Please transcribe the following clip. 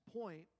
point